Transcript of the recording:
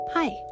Hi